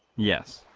yes.